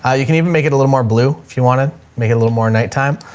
ah you can even make it a little more blue if you wanna make it a little more nighttime,